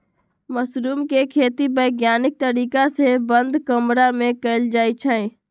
mushroom के खेती वैज्ञानिक तरीका से बंद कमरा में कएल जाई छई